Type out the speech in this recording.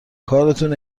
کارتون